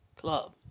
club